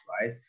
right